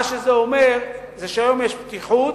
מה שזה אומר זה שהיום יש פתיחות,